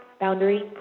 Boundary